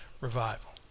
revival